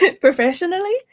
professionally